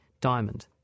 diamond